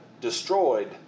destroyed